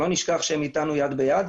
שלא נשכח שהיא אתנו יד ביד.